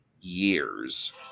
years